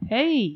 Hey